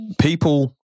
people